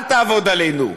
אל תעבוד עלינו.